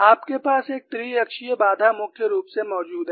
आपके पास एक त्रि अक्षीय बाधा मुख्य रूप से मौजूद है